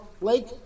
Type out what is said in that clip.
Lake